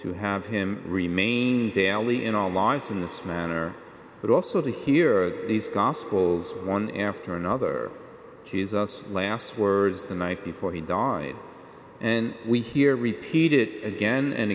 to have him remain daily in our lives in this manner but also to hear these gospels one after another to his us last words the night before he died and we hear repeated again and